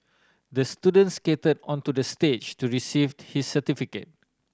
the student skated onto the stage to receive his certificate